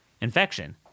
infection